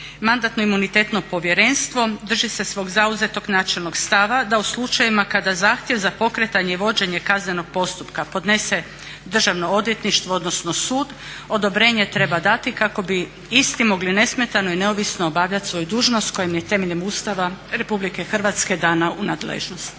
Mandatno-imunitetno povjerenstvo drži se svog zauzetog načelnog stava da u slučajevima kada zahtjev za pokretanje i vođenje kaznenog postupka podnese Državno odvjetništvo odnosno sud odobrenje treba dati kako bi isti mogli nesmetano i neovisno obavljati svoju dužnost koja im je temeljem Ustava RH dana u nadležnost.